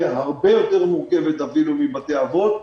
הרבה יותר מורכבת אפילו מאשר בבתי אבות.